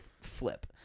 flip